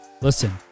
Listen